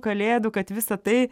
kalėdų kad visa tai